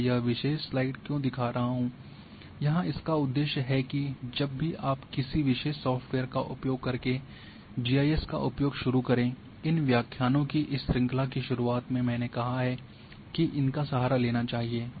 मैं यह विशेष स्लाइड क्यों दिखा रहा हूं यहाँ इसका उद्देश्य है कि जब भी आप किसी विशेष सॉफ्टवेयर का उपयोग करके जीआईएस का उपयोग शुरू करें इन व्याख्यानों की इस श्रृंखला की शुरुआत में मैंने कहा है कि इनका सहारा लेना चाहिए